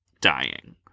dying